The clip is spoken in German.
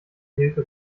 hilfe